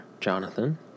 Jonathan